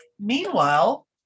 Meanwhile